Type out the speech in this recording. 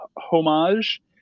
homage